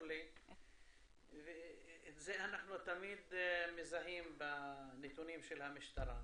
את זה אנחנו תמיד מזהים בנתונים של המשטרה,